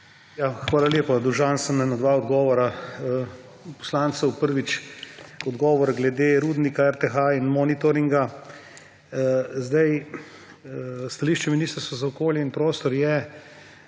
Hvala lepa. Dolžan sem ena dva odgovora poslancu. Prvič, odgovor glede rudnika RTH in monitoringa. Stališče Ministrstva za okolje in prostor je,